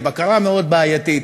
הבקרה מאוד בעייתית,